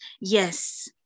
Yes